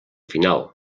final